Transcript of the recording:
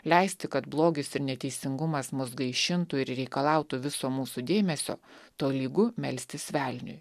leisti kad blogis ir neteisingumas mus gaišintų ir reikalautų viso mūsų dėmesio tolygu melstis velniui